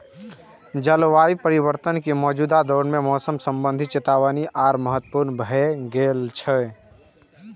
जलवायु परिवर्तन के मौजूदा दौर मे मौसम संबंधी चेतावनी आर महत्वपूर्ण भए गेल छै